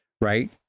right